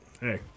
Hey